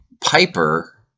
Piper